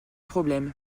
problème